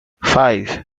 five